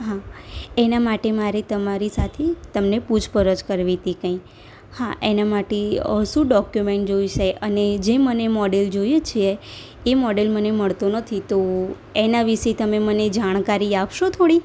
હા એના માટે મારે તમારી સાથે તમને પૂછપરછ કરવી હતી કાંઇ હા એના માટે શું ડોક્યુમેન્ટ જોઇશે અને જે મને મોડલ જોઈએ છે એ મોડલ મને મળતો નથી તો એના વિષે તમે મને જાણકારી આપશો થોડી